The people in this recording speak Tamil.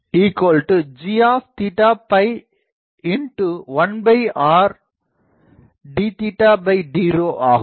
Pg 1r dd ஆகும்